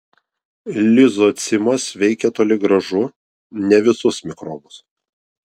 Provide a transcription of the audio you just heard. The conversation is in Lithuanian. lizocimas veikė toli gražu ne visus mikrobus